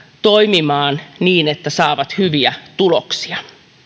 toimimaan niin että saavat hyviä tuloksia